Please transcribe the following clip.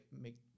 make